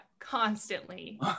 constantly